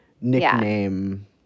nickname